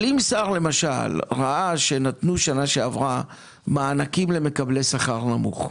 נניח ששר ראה שנתנו בשנה שעברה מענקים למקבלי שכר נמוך,